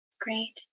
Great